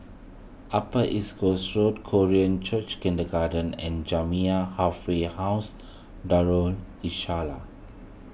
Upper East Coast Road Korean Church Kindergarten and Jamiyah Halfway House Darul Islah